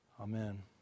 Amen